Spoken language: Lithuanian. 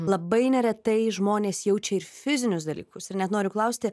labai neretai žmonės jaučia ir fizinius dalykus ir net noriu klausti